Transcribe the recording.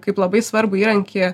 kaip labai svarbų įrankį